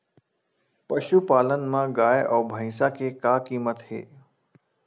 पशुपालन मा गाय अउ भंइसा के का कीमत हे?